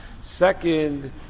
second